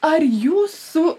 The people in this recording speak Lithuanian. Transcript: ar jūsų